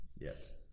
Yes